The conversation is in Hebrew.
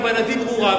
כוונתי ברורה,